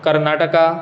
Karnataka